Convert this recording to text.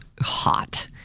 hot